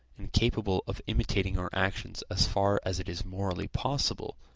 and capable of imitating our actions as far as it is morally possible,